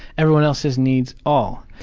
everyone else's needs, all.